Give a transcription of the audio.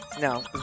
No